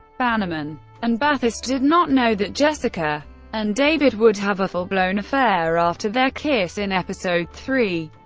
bannerman and bathurst did not know that jessica and david would have a full-blown affair after their kiss in episode three,